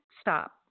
Stop